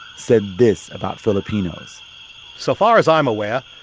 said this about filipinos so far as i'm aware,